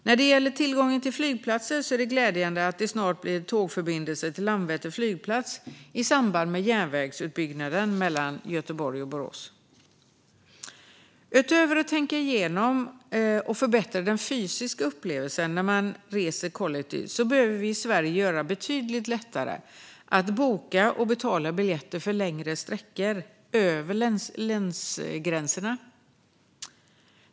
När det gäller tillgången till flygplatser är det glädjande att det snart blir en tågförbindelse till Landvetter flygplats i samband med järnvägsutbyggnaden mellan Göteborg och Borås. Utöver att tänka igenom och förbättra den fysiska upplevelsen man har när man reser kollektivt behöver vi i Sverige göra det betydligt lättare att boka och betala biljetter för längre sträckor över länsgränserna.